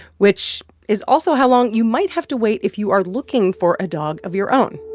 which is also how long you might have to wait if you are looking for a dog of your own